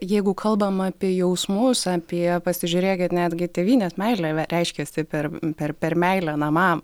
jeigu kalbam apie jausmus apie pasižiūrėkit netgi tėvynės meilė reiškiasi per per per meilę namam